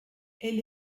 elle